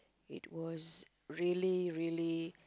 it was really really